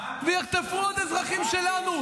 יחטפו עוד אזרחים שלנו?